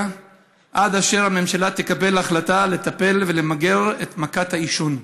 עד אשר הממשלה תקבל החלטה לטפל ולמגר את מכת העישון.